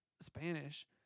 spanish